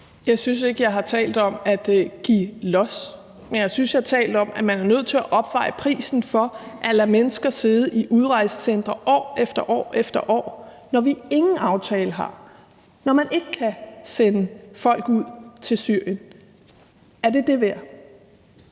Jeg synes ikke, jeg har talt om at give los, men jeg synes, jeg har talt om, at man er nødt til at opveje prisen for at lade mennesker sidde i udrejsecentre år efter år, når vi ingen aftale har, når man ikke kan sende folk tilbage til Syrien. Er det det værd?